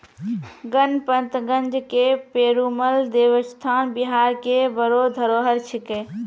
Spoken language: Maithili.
गणपतगंज के पेरूमल देवस्थान बिहार के बड़ो धरोहर छिकै